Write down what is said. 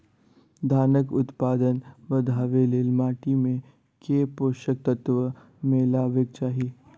धानक उत्पादन बढ़ाबै लेल माटि मे केँ पोसक तत्व मिलेबाक चाहि?